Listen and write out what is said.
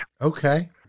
Okay